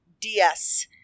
DS